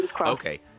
Okay